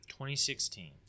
2016